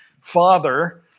Father